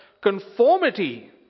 conformity